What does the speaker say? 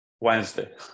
Wednesday